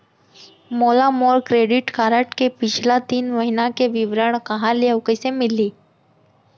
मोला मोर credit card के पिछला तीन महीना के विवरण कहाँ ले अऊ कइसे मिलही?